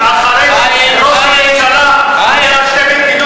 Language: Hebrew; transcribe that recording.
אחרי שראש הממשלה דיבר על שתי מדינות